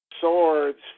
swords